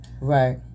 Right